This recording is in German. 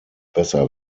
besser